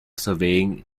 surveying